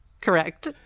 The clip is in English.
Correct